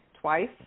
twice